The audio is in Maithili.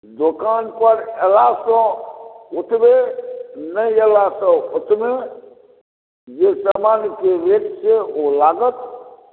दोकान पर अयलासँ ओतबे नहि अयलासँ ओतबे जे समानके रेट चाही ओ लागत